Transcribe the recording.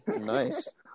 Nice